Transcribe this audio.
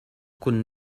kun